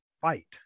fight